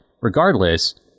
regardless